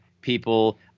people